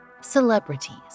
celebrities